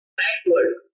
backward